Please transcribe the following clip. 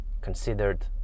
considered